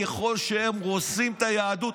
ככל שהם הורסים את היהדות,